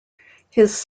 his